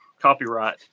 copyright